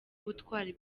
ubutwari